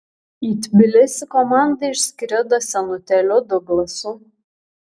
į tbilisį komanda išskrido senutėliu duglasu